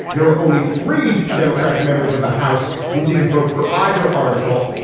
there are only three democratic members of the house who didn't vote for either article.